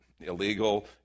illegal